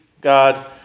God